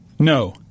No